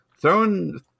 throwing